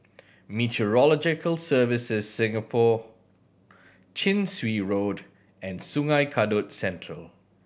Meteorological Services Singapore Chin Swee Road and Sungei Kadut Central